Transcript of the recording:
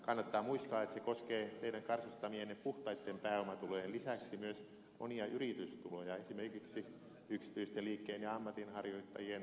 kannattaa muistaa että se koskee teidän karsastamienne puhtaiden pääomatulojen lisäksi myös monia yritystuloja esimerkiksi yksityisten liikkeen ja ammatinharjoittajien maanviljelijöiden metsänomistajien tuloja